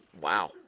Wow